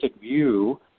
view